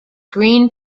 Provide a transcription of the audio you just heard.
green